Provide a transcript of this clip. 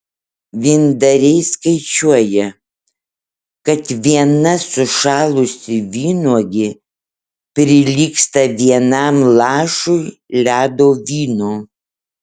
vyndariai skaičiuoja kad viena sušalusi vynuogė prilygsta vienam lašui ledo vyno